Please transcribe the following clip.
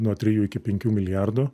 nuo trijų iki penkių milijardų